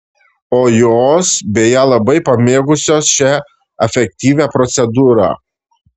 o jos beje labai pamėgusios šią efektyvią procedūrą